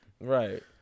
right